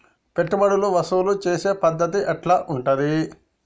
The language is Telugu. పెట్టుబడులు వసూలు చేసే పద్ధతి ఎట్లా ఉంటది?